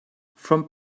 from